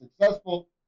successful